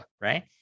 right